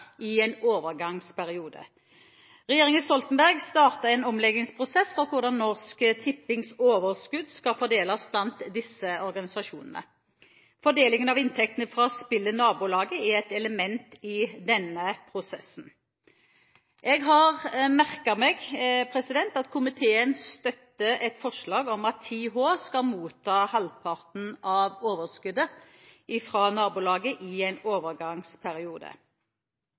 i en overgangsperiode. Regjeringen Stoltenberg startet en omleggingsprosess for hvordan Norsk Tippings overskudd skal fordeles blant disse organisasjonene. Fordelingen av inntektene fra spillet Nabolaget er et element i denne prosessen. Jeg har merket meg at komiteen støtter et forslag om at 10H skal motta halvparten av overskuddet fra Nabolaget i en overgangsperiode.